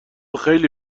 خیلی